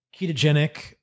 ketogenic